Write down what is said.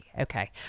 Okay